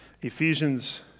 Ephesians